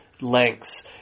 Lengths